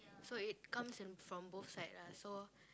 so it comes in from both side lah so